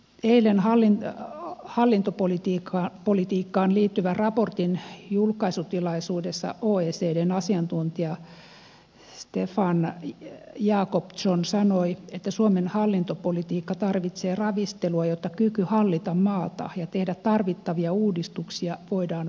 eilen hallintopolitiikkaan liittyvän raportin julkaisutilaisuudessa oecdn asiantuntija stephane jacobzone sanoi että suomen hallintopolitiikka tarvitsee ravistelua jotta kyky hallita maata ja tehdä tarvittavia uudistuksia voidaan palauttaa